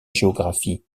géographie